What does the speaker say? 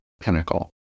pinnacle